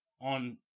on